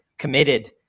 committed